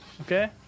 Okay